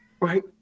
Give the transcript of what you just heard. right